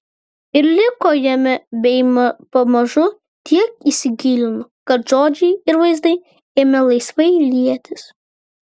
ir liko jame bei pamažu tiek įsigilino kad žodžiai ir vaizdai ėmė laisvai lietis